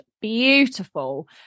beautiful